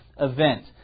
event